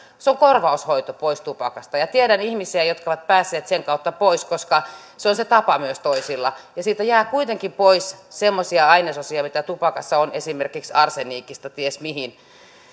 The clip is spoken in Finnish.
se on korvaushoito pois tupakasta ja tiedän ihmisiä jotka ovat päässeet sen kautta pois koska se on se tapa myös toisilla siitä jää kuitenkin pois semmoisia ainesosia mitä tupakassa on esimerkiksi arsenikista ties mihin